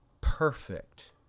perfect